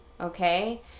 okay